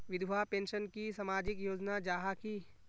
विधवा पेंशन की सामाजिक योजना जाहा की?